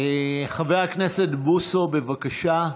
חבר הכנסת בוסו, בבקשה.